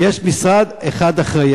ויש משרד אחד אחראי.